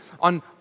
on